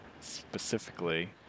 specifically